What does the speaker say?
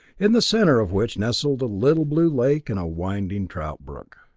in the center of which nestled a little blue lake and a winding trout brook.